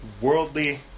worldly